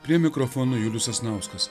prie mikrofono julius sasnauskas